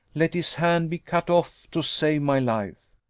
let his hand be cut off to save my life.